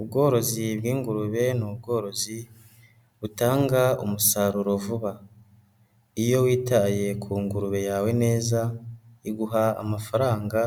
Ubworozi bw'ingurube ni ubworozi butanga umusaruro vuba, iyo witaye ku ngurube yawe neza iguha amafaranga